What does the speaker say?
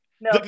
no